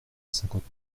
cinquante